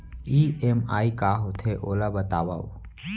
EMI का होथे, ओला बतावव